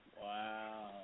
Wow